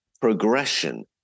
progression